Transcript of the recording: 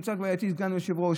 הייתי סגן יושב-ראש.